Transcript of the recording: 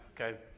okay